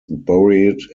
buried